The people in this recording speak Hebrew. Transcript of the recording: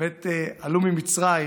עלו ממצרים